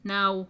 Now